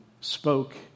spoke